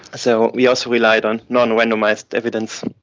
so we also relied on non-randomised evidence.